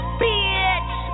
bitch